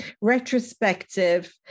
retrospective